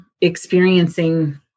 experiencing